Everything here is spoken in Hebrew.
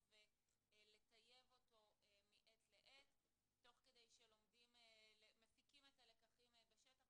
ולטייב אותו מעת לעת תוך כדי שמפיקים את הלקחים בשטח